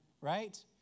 right